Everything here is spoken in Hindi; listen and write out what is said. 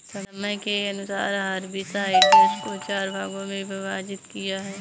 समय के अनुसार हर्बिसाइड्स को चार भागों मे विभाजित किया है